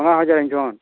ହଁ ହଁ